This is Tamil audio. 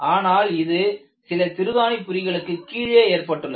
ஆனால் இது சில திருகாணிப்புரிகளுக்கு கீழே ஏற்பட்டுள்ளது